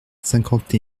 cinquante